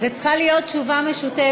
זו צריכה להיות תשובה משותפת.